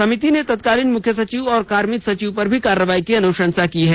समिति ने तत्कालीन मुख्य सचिव और कार्मिक सचिव पर भी कार्रवाई की अनुशंसा की है